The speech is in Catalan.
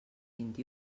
vint